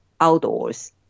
outdoors